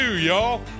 y'all